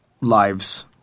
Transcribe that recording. lives